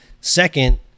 second